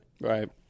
Right